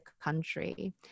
country